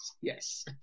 Yes